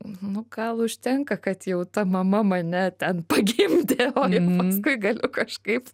nu gal užtenka kad jau ta mama mane ten pagimdė o jau paskui galiu kažkaip